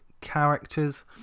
characters